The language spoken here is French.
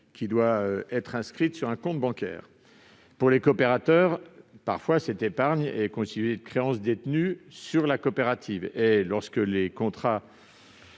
qui doit être inscrite sur un compte bancaire. Pour les coopérateurs, il arrive que cette épargne soit constituée de créances détenues sur la coopérative. Lorsque les contrats